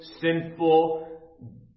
sinful